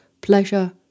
Pleasure